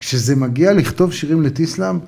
כשזה מגיע לכתוב שירים לתיסלם.